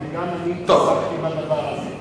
וגם אני התעסקתי עם הדבר הזה.